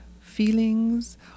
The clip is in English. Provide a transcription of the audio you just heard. feelings